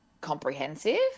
comprehensive